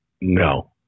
No